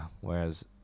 Whereas